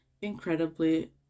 Incredibly